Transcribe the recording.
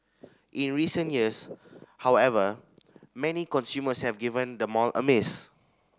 in recent years however many consumers have given the mall a miss